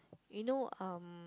you know um